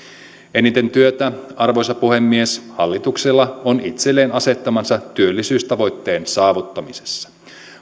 eniten työtä arvoisa puhemies hallituksella on itselleen asettamansa työllisyystavoitteen saavuttamisessa